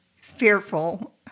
fearful